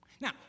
Now